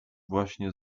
właśnie